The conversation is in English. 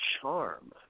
charm